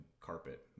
carpet